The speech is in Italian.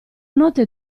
notte